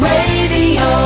Radio